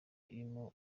irimo